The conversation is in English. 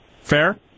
Fair